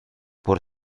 por